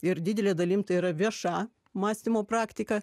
ir didele dalim tai yra vieša mąstymo praktika